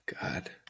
God